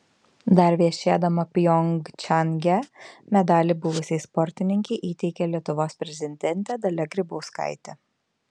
dar viešėdama pjongčange medalį buvusiai sportininkei įteikė lietuvos prezidentė dalia grybauskaitė